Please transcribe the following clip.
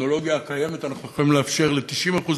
בטכנולוגיה הקיימת אנחנו יכולים לאפשר ל-90%